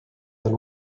than